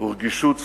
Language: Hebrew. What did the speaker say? ורגישות סוציאלית.